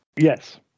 Yes